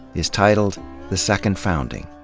is titled the second founding.